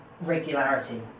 regularity